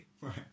Right